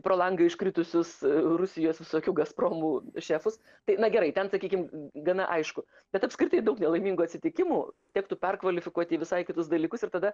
pro langą iškritusius rusijos visokių gazpromų šefus tai na gerai ten sakykim gana aišku bet apskritai daug nelaimingų atsitikimų tektų perkvalifikuoti į visai kitus dalykus ir tada